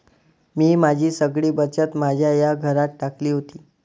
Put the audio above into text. मी माझी सगळी बचत माझ्या या घरात टाकली होती